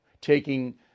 taking